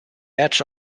edge